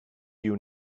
you